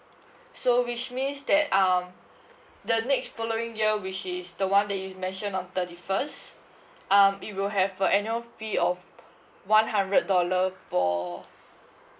so which means that um the next following year which is the one that you mention on thirty first um it will have a annual fee of one hundred dollar for